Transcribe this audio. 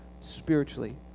spiritually